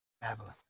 Babylon